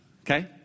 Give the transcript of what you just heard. okay